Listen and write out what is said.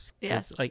Yes